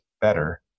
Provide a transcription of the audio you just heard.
better